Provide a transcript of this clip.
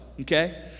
okay